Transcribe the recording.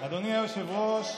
אדוני היושב-ראש,